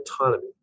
autonomy